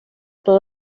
todo